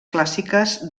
clàssiques